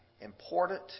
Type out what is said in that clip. important